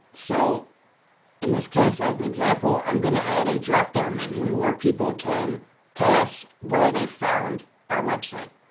so in this case, as an example, i'm going to add a dropdown menu where people can tell us where they found our website.